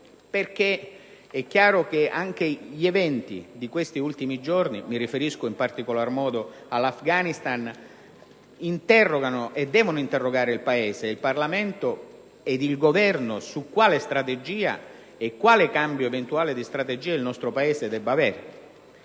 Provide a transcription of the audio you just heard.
perché è evidente che anche gli eventi di questi ultimi giorni - mi riferisco, in particolar modo, all'Afghanistan - interrogano e devono interrogare il Paese, il Parlamento ed il Governo sulla strategia e sul cambio eventuale di strategia che l'Italia deve assumere.